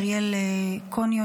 אריאל קוניו,